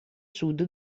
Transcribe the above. sud